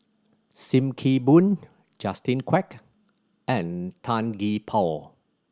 Sim Kee Boon Justin Quek and Tan Gee Paw